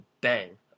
bang